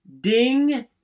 Ding